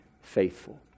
faithful